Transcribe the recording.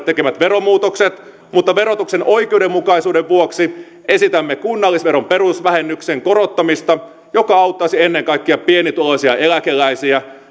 tekemät veromuutokset mutta verotuksen oikeudenmukaisuuden vuoksi esitämme kunnallisveron perusvähennyksen korottamista joka auttaisi ennen kaikkea pienituloisia eläkeläisiä